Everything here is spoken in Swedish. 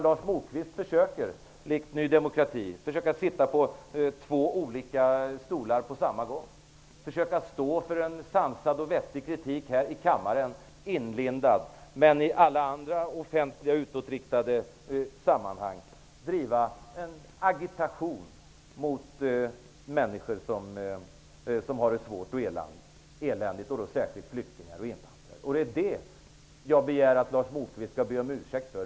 Lars Moquist försöker, likt Ny demokrati i övrigt, sitta på två stolar på samma gång. Han försöker stå för en sansad och vettig kritik här i kammaren, inlindad, men i alla andra offentliga, utåtriktade sammanhang driva en agitation mot människor som har det svårt och eländigt, särskilt flyktingar och invandrare. Det är det jag begär att Lars Moquist skall be om ursäkt för.